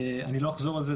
אני לא אחזור על זה,